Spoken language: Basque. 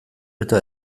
eta